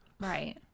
Right